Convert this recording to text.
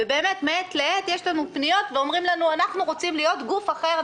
באמת מעת לעת יש לנו פניות ואומרים לנו: אנחנו רוצים להיות "גוף אחר".